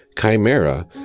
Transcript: Chimera